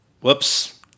Whoops